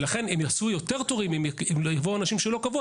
ולכן הם יעשו יותר תורים אם יבואו אנשים שלא קבעו,